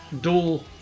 dual